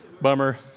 bummer